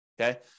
okay